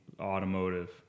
automotive